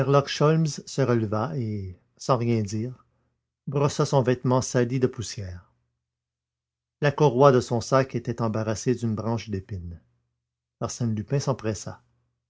se releva et sans rien dire brossa son vêtement sali de poussière la courroie de son sac était embarrassée d'une branche d'épines arsène lupin